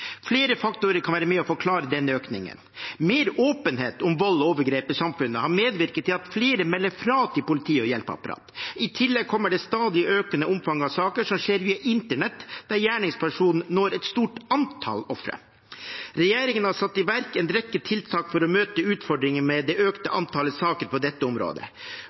Flere faktorer kan være med og forklare denne økningen. Mer åpenhet om vold og overgrep i samfunnet har medvirket til at flere melder fra til politi og hjelpeapparat. I tillegg kommer det stadig økende omfanget av saker som skjer via internett, der gjerningspersonen når et stort antall ofre. Regjeringen har satt i verk en rekke tiltak for å møte utfordringer med det økte antallet saker på dette området.